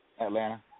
Atlanta